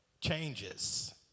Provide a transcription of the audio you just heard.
changes